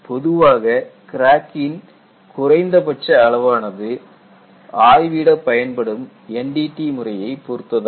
பொதுவாக கிராக் கின் குறைந்தபட்ச அளவானது ஆய்விட பயன்படும் NDT முறையை பொருத்ததாகும்